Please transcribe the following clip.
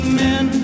men